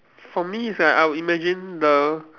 for me is like I would imagine the